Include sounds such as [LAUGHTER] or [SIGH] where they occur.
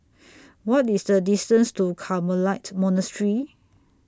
[NOISE] What IS The distance to Carmelite Monastery